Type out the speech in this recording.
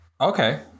Okay